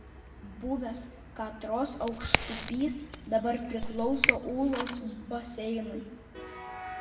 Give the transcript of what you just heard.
buvęs katros aukštupys dabar priklauso ūlos baseinui